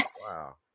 Wow